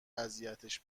اذیتش